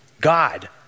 God